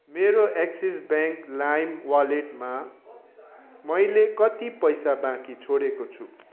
मेरो Axis Bank Lime वालेटमा मैले कति पैसा बाँकी छाडेको छु